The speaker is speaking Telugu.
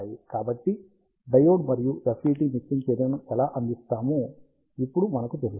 కాబట్టి డయోడ్ మరియు FET మిక్సింగ్ చర్యను ఎలా అందిస్తాయో ఇప్పుడు మనకు తెలుసు